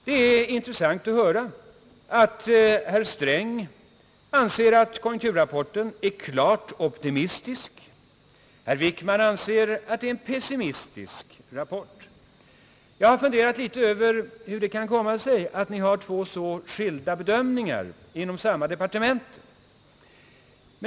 Det är intressant att höra, att herr Sträng anser att konjunkturrapporten är klart optimistisk. Herr Wickman däremot anser att det är en pessimistisk rapport. Jag har funderat litet över hur det kan komma sig att ni har två så skilda bedömningar inom samma departement.